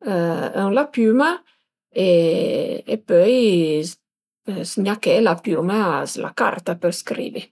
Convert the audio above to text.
s'la piüma e pöi zgnaché la piüma s'la carta për scrivi